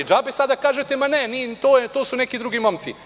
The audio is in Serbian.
Džabe sada da kažete – ne, to su neki drugi momci.